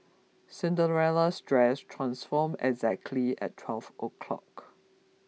Cinderella's dress transformed exactly at twelve o'clock